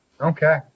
Okay